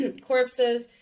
corpses